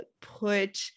put